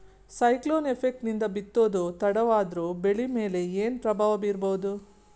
Cyclone effect ನಿಂದ ಬಿತ್ತೋದು ತಡವಾದರೂ ಬೆಳಿ ಮೇಲೆ ಏನು ಪ್ರಭಾವ ಬೀರಬಹುದು?